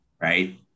right